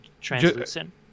translucent